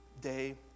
day